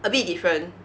a bit different